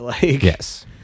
Yes